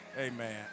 Amen